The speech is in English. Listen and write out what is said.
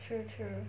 true true